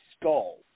Skull